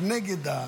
חוק הגיוס,